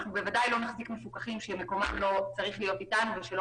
בוודאי לא נחזיק מפוקחים שמקומם לא צריך להיות אתנו ושלא